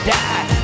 die